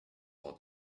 all